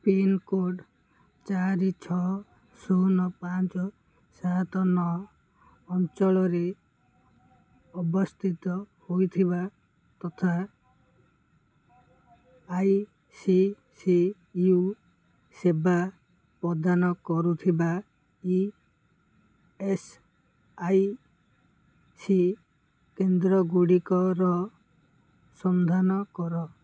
pincode ଚାରି ଛଅ ଶୂନ ପାଞ୍ଚ ସାତ ନଅ ଅଞ୍ଚଳରେ ଅବସ୍ଥିତ ହୋଇଥିବା ତଥା ଆଇ ସି ସି ୟୁ ସେବା ପ୍ରଦାନ କରୁଥିବା ଇ ଏସ୍ ଆଇ ସି କେନ୍ଦ୍ରଗୁଡ଼ିକର ସନ୍ଧାନ କର